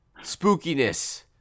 spookiness